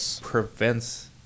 prevents